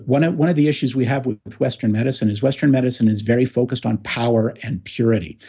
one ah one of the issues we have with with western medicine is, western medicine is very focused on power and purity.